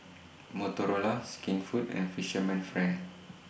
Motorola Skinfood and Fisherman's Friend